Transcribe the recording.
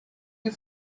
you